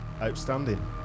outstanding